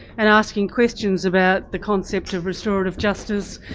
and asking questions about the concept of restorative justice,